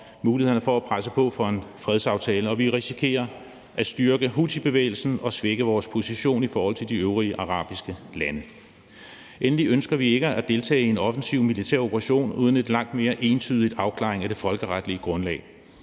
mulighederne for at presse på for en fredsaftale, og vi risikerer at styrke houthibevægelsen og svække vores position i forhold til de øvrige arabiske lande. Endelig ønsker vi ikke at deltage i en offensiv militær operation uden en langt mere entydig afklaring af det folkeretlige grundlag.